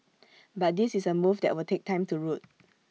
but this is A move that will take time to root